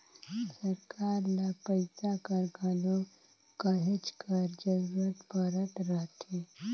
सरकार ल पइसा कर घलो कहेच कर जरूरत परत रहथे